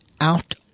Out